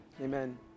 Amen